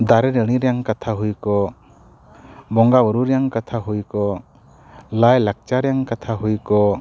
ᱫᱟᱨᱮ ᱱᱟᱹᱲᱤ ᱨᱮᱱᱟᱝ ᱠᱟᱛᱷᱟ ᱦᱩᱭ ᱠᱚᱜ ᱵᱚᱸᱜᱟ ᱵᱳᱨᱳ ᱨᱮᱱᱟᱝ ᱠᱟᱛᱷᱟ ᱦᱩᱭ ᱠᱚᱜ ᱞᱟᱭ ᱞᱟᱠᱪᱟᱨ ᱨᱮᱱ ᱠᱟᱛᱷᱟ ᱦᱩᱭ ᱠᱚᱜ